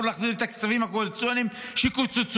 להחזיר את הכספים הקואליציוניים שקוצצו.